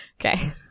Okay